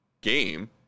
game